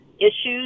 issues